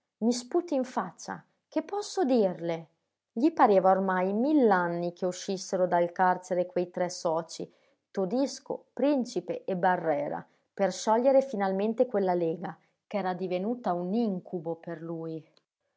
i sputi in faccia che posso dirle gli pareva ormai mill'anni che uscissero dal carcere quei tre socii todisco principe e barrera per sciogliere finalmente quella lega ch'era divenuta un incubo per lui